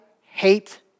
hate